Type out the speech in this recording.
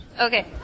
Okay